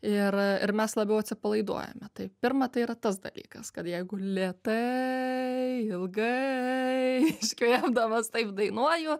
ir ir mes labiau atsipalaiduojame tai pirma tai yra tas dalykas kad jeigu lėtai ilgai iškvėpdamas taip dainuoju